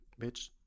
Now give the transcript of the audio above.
Bitch